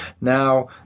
Now